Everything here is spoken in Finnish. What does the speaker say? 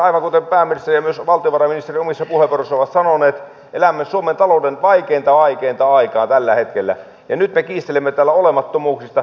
aivan kuten pääministeri ja myös valtiovarainministeri omissa puheenvuoroissaan ovat sanoneet elämme suomen talouden vaikeinta vaikeinta aikaa tällä hetkellä ja nyt me kiistelemme täällä olemattomuuksista